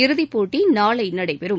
இறுதிப்போட்டி நாளை நடைபெறும்